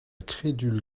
crédule